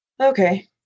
okay